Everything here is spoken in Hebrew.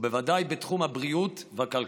ובוודאי בתחום הבריאות והכלכלה.